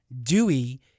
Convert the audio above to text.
Dewey